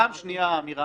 פעם שנייה, האמירה